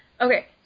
Okay